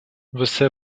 você